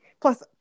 Plus